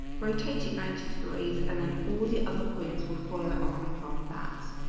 rotate it ninety degrees, and then all the other points will follow on from that